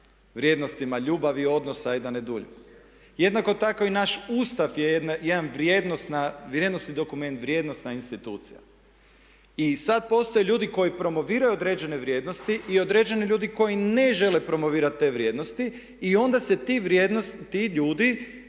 vrijednostima ljubavi, odnosa i da ne duljim. Jednako tako i naš Ustav je jedan vrijednosni dokument, vrijednosna institucija. I sad postoje ljudi koji promoviraju određene vrijednosti i određeni ljudi koji ne žele promovirati te vrijednosti i onda se ti ljudi